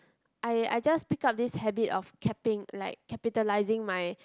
I I just pick up this habit of capping like capitalizing my